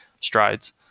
strides